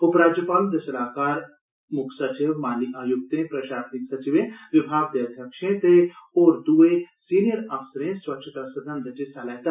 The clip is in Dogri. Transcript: उप राज्यपाल हुन्दे सलाह्कार मुक्ख सचिव माली आयुक्ते प्रशासनिक सचिवें विभाग दे अघ्यक्ष ते होर दुए सिनियर अफसरें स्वच्छता सगंघ इच हिस्सा लैता